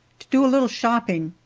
to do a little shopping.